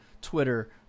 Twitter